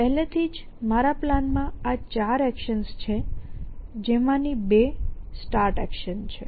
પહેલેથી જ મારા પ્લાનમાં આ 4 એક્શન્સ છે જેમાં ની 2 સ્ટાર્ટ એક્શન છે